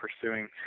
pursuing